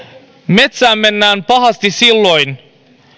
metsään mennään pahasti silloin